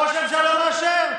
ראש הממשלה מאשר.